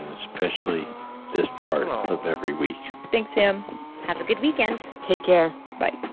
especially this part of every week thanks, sam have a good weekend take care bye